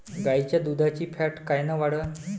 गाईच्या दुधाची फॅट कायन वाढन?